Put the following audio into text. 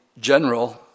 general